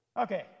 okay